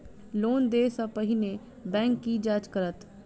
Loan देय सा पहिने बैंक की जाँच करत?